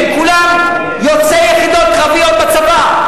הם כולם יוצאי יחידות קרביות בצבא,